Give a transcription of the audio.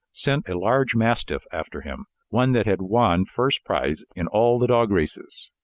sent a large mastiff after him, one that had won first prize in all the dog races.